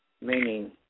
Meaning